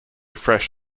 fresh